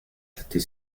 estoy